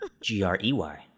G-R-E-Y